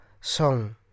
song